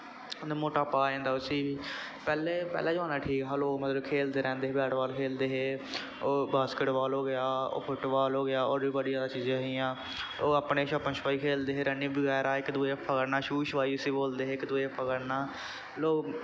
मोटापा आ जांदा ऐ उसी बी पैह्ले पैह्ला जमाना ठीक हा लोग मतलब खेलदे रैंह्दे हे बैट बॉल खेलदे हे ओह् बॉसकट बॉल हो गेआ होर फुट बॉल हो गेआ होर बी बड़ी ज्यादा चीजां हियां होर अपने छप्पन शपाई खेलदे हे रनिंग बगैरा इक दुए गी पकड़ना छूं छपाई उसी बोलदे हे इक दुए पकड़ना लोग